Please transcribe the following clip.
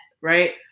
right